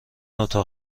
اتاق